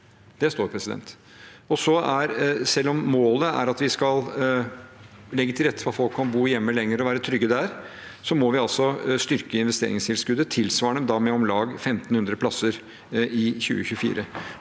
lag 1 500 plasser. Det står. Selv om målet er at vi skal legge til rette for at folk kan bo hjemme lenger og være trygge der, må vi styrke investeringstilskuddet tilsvarende, da med om lag 1 500 plasser i 2024.